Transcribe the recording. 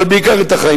אבל בעיקר את החיים.